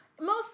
Mostly